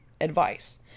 advice